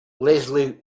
leslie